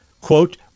quote